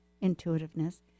intuitiveness